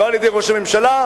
לא על-ידי ראש הממשלה.